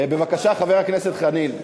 בבקשה, חבר הכנסת חנין.